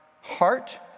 heart